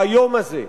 האיום הזה,